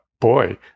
boy